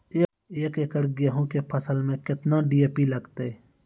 एक एकरऽ गेहूँ के फसल मे केतना डी.ए.पी लगतै?